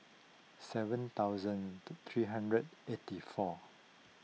seven thousand three hundred eighty four